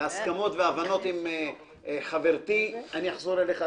להסכמות והבנות עם חברתי ------ אני אחזור אליך,